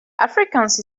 afrikaans